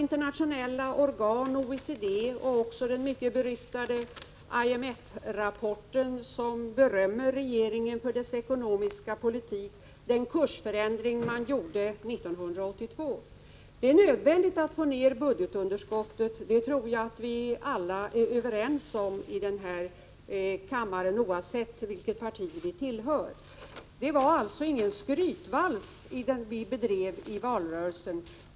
Internationella organ, OECD, och den mycket beryktade IMF rapporten berömmer regeringen för dess ekonomiska politik, för den kursförändring man genomförde 1982. Det är nödvändigt att få ner budgetunderskottet; det tror jag att vi alla är överens om i den här kammaren oavsett vilket parti vi tillhör. Det var alltså ingen skrytvals vi drog i valrörelsen.